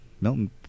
Milton